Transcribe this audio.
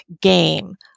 game